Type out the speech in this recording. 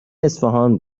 اصفهان